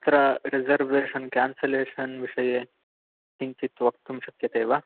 अत्र reservation cancellation विषये किञ्चित् वक्तुं शक्यते वा